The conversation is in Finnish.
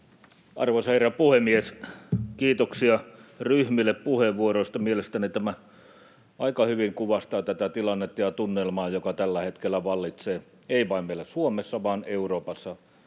Arvoisa herra puhemies! Kiitoksia ryhmille puheenvuoroista. Mielestäni tämä aika hyvin kuvastaa tätä tilannetta ja tunnelmaa, joka tällä hetkellä vallitsee, ei vain meillä Suomessa vaan Euroopassa,